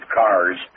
cars